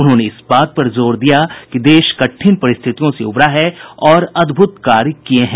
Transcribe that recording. उन्होंने इस बात पर जोर दिया कि देश कठिन परिस्थितियों से उबरा है और अद्भुत कार्य किये हैं